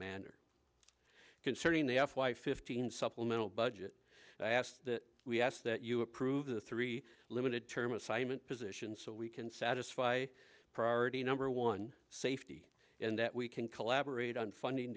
manner concerning the f y fifteen supplemental budget and i asked that we ask that you approve the three limited term assignment positions so we can satisfy priority number one safety and that we can collaborate on funding